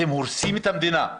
אתם הורסים את המדינה.